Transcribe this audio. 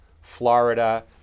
Florida